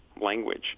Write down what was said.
language